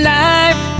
life